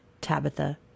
Tabitha